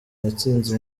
yatsinze